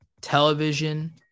television